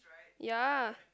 ya